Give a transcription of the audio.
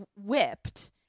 whipped